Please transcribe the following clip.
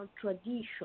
tradition